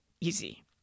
easy